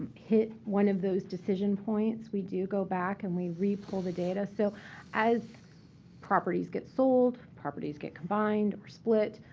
hit one of those decision points, we do go back and we repull the data. so as properties get sold, properties get combined or split,